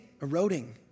eroding